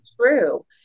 true